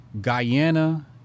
guyana